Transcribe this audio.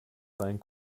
seinen